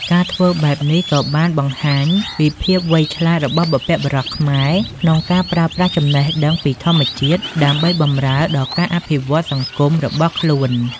ការធ្វើបែបនេះក៏បានបង្ហាញពីភាពវៃឆ្លាតរបស់បុព្វបុរសខ្មែរក្នុងការប្រើប្រាស់ចំណេះដឹងពីធម្មជាតិដើម្បីបម្រើដល់ការអភិវឌ្ឍន៍សង្គមរបស់ខ្លួន។